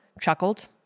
chuckled